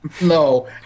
no